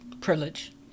privilege